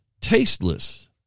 tasteless